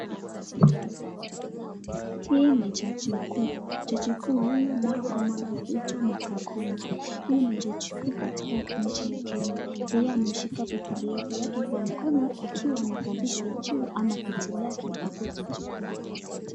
Hii ni jaji kuu. Jaji kuu huyu mara kwa mara huitwa matakoni, hii jaji kuu katika nchi ya Kenya, yeye ameshika bibilia yake kwa mkono, akiwa anapandishwa ama kiti lake akuwe jaji kuu.